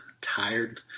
tired